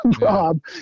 Rob